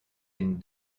end